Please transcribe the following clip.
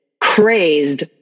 crazed